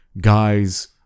guy's